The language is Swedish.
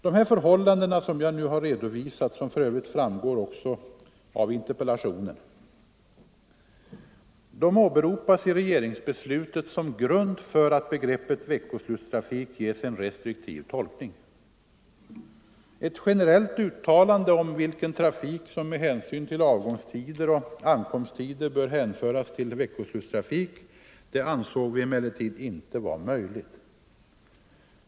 De förhållanden som jag här redovisat, och som för övrigt framgår av interpellationen, åberopas i regeringens beslut som grund för att begreppet veckoslutstrafik ges en restriktiv tolkning. Ett generellt uttalande om vilken trafik som med hänsyn till avgångstider och ankomsttider bör hänföras till veckoslutstrafik ansåg vi emellertid inte vara möjligt.